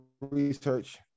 research